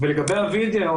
ולגבי הווידאו,